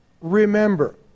remember